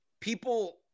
People